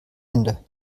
ende